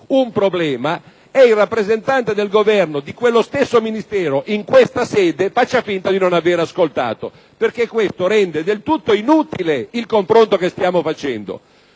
Ministro, ed il rappresentante del Governo di quello stesso Ministero finga di non avere ascoltato, perché questo rende del tutto inutile il confronto che stiamo facendo.